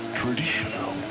traditional